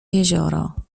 jezioro